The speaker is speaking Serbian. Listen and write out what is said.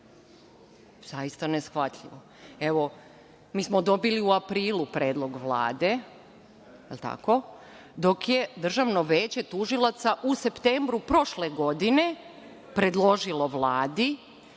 Zaista neshvatljivo. Evo mi smo dobili u aprilu predlog Vlade, jel tako? Državno veće tužilaca u septembru prošle godine, predložilo je